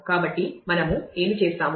కాబట్టి మనము ఏమి చేస్తాము